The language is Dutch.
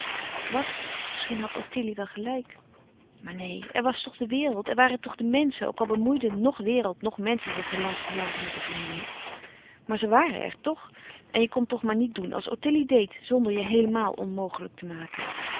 wat misschien had ottilie wèl gelijk maar neen er was toch de wereld er waren toch de menschen ook al bemoeiden noch wereld noch menschen zich de laatste jaren met de familie maar ze waren er toch en je kon toch maar niet doen als ottilie deed zonder je heelemaàl onmogelijk te maken